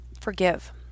Forgive